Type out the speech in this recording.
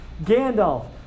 Gandalf